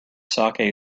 saké